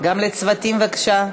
גם הצוותים, בבקשה.